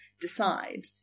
decide